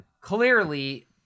clearly